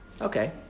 Okay